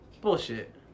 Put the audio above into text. Bullshit